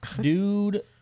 dude